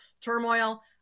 turmoil